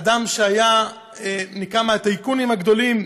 אדם שהיה מהטייקונים הגדולים,